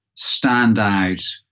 standout